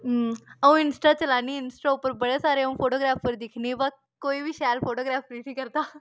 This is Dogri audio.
अ'ऊं इंस्टा चलानी इंस्टा उप्पर बड़े सारे अ'ऊं फोटोग्राफर दिक्खनी बा कोई बी शैल फोटोग्राफ़ी नी करदा